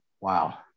Wow